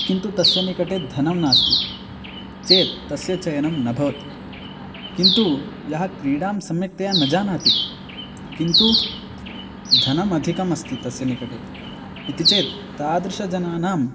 किन्तु तस्य निकटे धनं नास्ति चेत् तस्य चयनं न भवति किन्तु यः क्रीडां सम्यक्तया न जानाति किन्तु धनमधिकमस्ति तस्य निकटे इति चेत् तादृशजनानां